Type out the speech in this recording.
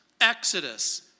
Exodus